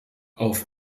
auf